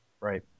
Right